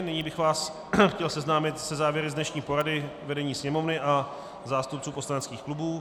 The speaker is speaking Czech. Nyní bych vás chtěl seznámit se závěry z dnešní porady vedení Sněmovny a zástupců poslaneckých klubů.